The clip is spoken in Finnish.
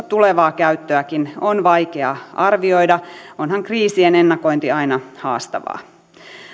tulevaa käyttöäkin on vaikea arvioida onhan kriisien ennakointi aina haastavaa